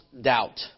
doubt